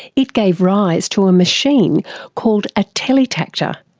it gave rise to a machine called a teletactor,